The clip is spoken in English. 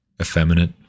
effeminate